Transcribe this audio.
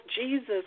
Jesus